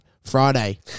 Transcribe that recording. Friday